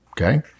Okay